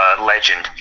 legend